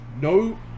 no